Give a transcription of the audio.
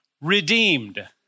redeemed